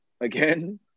again